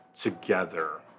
together